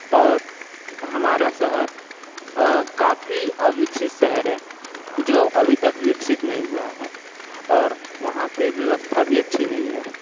और हमारा शहर काफ़ी अविकसित शहर है जो अभी तक विकसित नहीं हुआ है और वहाँ पे व्यवस्था भी अच्छी नहीं है